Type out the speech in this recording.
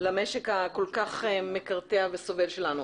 למשק המקרטע והסובל שלנו.